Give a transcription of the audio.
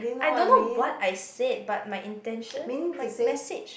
I don't know what I said but my intention my message